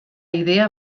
idea